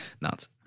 Nuts